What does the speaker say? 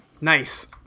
Nice